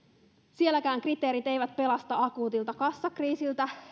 sielläkään kriteerit eivät pelasta akuutilta kassakriisiltä